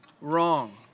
wrong